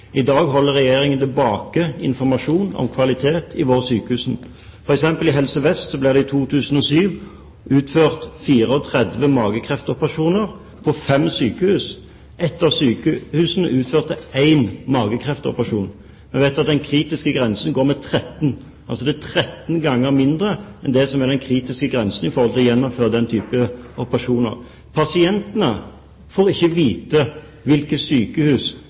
I dag holder Regjeringen tilbake informasjon om kvaliteten i våre sykehus. For eksempel i Helse Vest ble det i 2007 utført 34 magekreftoperasjoner på fem sykehus. Ett av sykehusene utførte én magekreftoperasjon – vi vet at den kritiske grensen er ved 13, det er altså 13 ganger mindre enn den kritiske grensen ved å gjennomføre denne type operasjoner. Pasientene får ikke vite hvilke sykehus